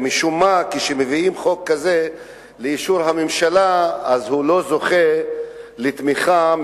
ומשום מה כשמביאים חוק כזה לאישור הממשלה הוא לא זוכה לתמיכה,